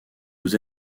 aux